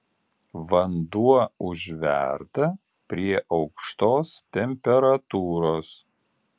vanduo užverda prie aukštos temperatūros